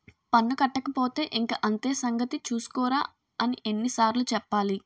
పన్ను కట్టకపోతే ఇంక అంతే సంగతి చూస్కోరా అని ఎన్ని సార్లు చెప్పాలి